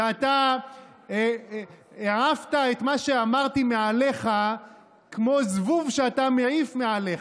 ואתה העפת את מה שאמרתי מעליך כמו זבוב שאתה מעיף מעליך.